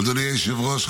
אדוני היושב-ראש,